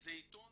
זה עיתון